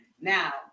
now